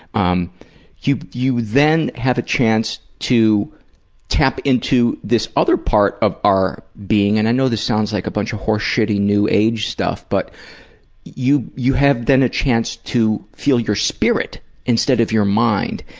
um you you then have a chance to tap into this other part of our being, and i know this sounds like a bunch of horse-shitty new-age stuff, but you you have then a chance to feel your spirit instead of your mind,